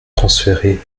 transféré